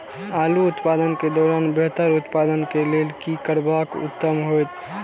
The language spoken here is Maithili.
आलू उत्पादन के दौरान बेहतर उत्पादन के लेल की करबाक उत्तम होयत?